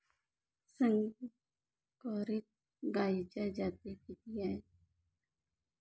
संकरित गायीच्या जाती किती आहेत?